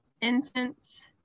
incense